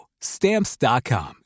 Stamps.com